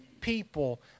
people